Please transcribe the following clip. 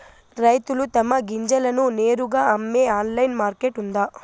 రైతులు తమ గింజలను నేరుగా అమ్మే ఆన్లైన్ మార్కెట్ ఉందా?